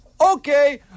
Okay